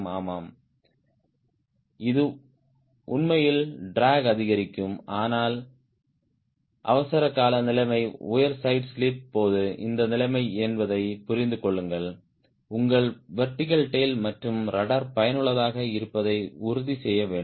ஆமாம் இது உண்மையில் ட்ராக் அதிகரிக்கும் ஆனால் அவசரகால நிலைமை உயர் சைடு ஸ்லிப் போது இந்த நிலைமை என்பதை புரிந்து கொள்ளுங்கள் உங்கள் வெர்டிகல் டேய்ல் மற்றும் ரட்ட்ர் பயனுள்ளதாக இருப்பதை உறுதி செய்ய வேண்டும்